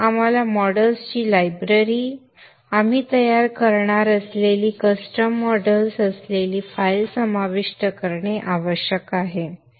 आपण मॉडेल्सची लायब्ररी आपण तयार करणार असलेली कस्टम मॉडेल्स असलेली फाइल समाविष्ट करणे आवश्यक आहे